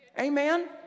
Amen